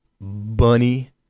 bunny